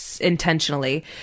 Intentionally